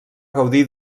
gaudir